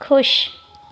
ख़ुशि